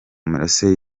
mirasire